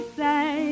say